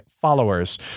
followers